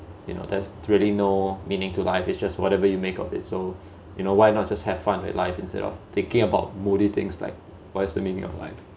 you know there's really no meaning to life it's just whatever you make of it so you know why not just have fun with life instead of thinking about moody things like what's the meaning of life